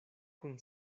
kun